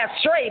straight